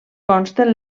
consten